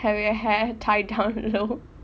having your hair tied down low